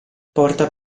porta